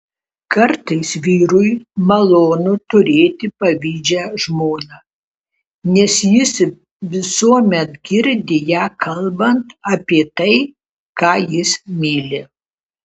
kartais vyrui malonu turėti pavydžią žmoną nes jis visuomet girdi ją kalbant apie tai ką jis myli